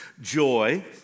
Joy